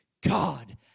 God